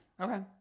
Okay